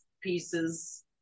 pieces